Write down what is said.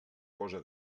cosa